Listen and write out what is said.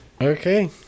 okay